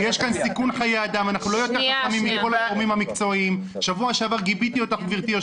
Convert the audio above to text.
ואז יש ספיח שלצערי מטעמים פורמליסטיים של החוק הזה יגרור לתוך זה גם